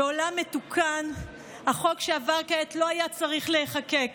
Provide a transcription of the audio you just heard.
בעולם מתוקן החוק שעבר כעת לא היה צריך להיחקק.